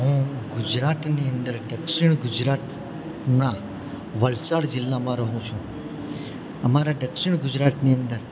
હું ગુજરાતની અંદર દક્ષિણ ગુજરાતના વલસાડ જિલ્લામાં રહું છું અમારા દક્ષિણ ગુજરાતની અંદર